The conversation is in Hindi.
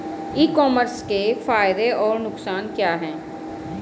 ई कॉमर्स के फायदे और नुकसान क्या हैं?